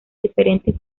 diferentes